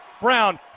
Brown